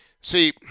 see